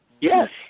Yes